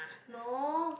no